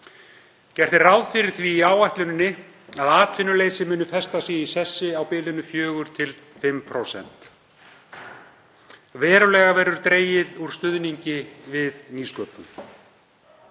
Gert er ráð fyrir því í áætluninni að atvinnuleysi muni festa sig í sessi á bilinu 4–5%. Verulega verður dregið úr stuðningi við nýsköpun.